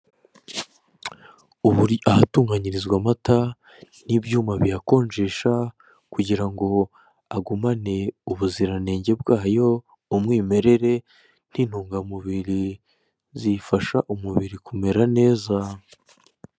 Ahatunganyirizwa amata n'ibyuma biyakonjesha kugira ngo agumane ubuzirantenge bwayo, umwimerere n'intungamubiri zifasha umubiri kumera neza.